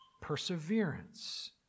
perseverance